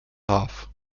half